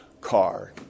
car